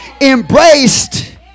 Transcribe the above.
embraced